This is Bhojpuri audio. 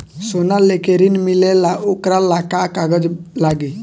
सोना लेके ऋण मिलेला वोकरा ला का कागज लागी?